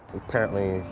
apparently,